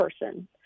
person